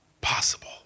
possible